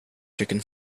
chicken